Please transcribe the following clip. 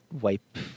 wipe